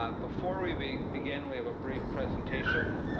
ah before we we begin, we have a brief presentation.